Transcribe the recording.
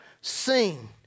seen